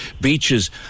beaches